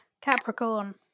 Capricorn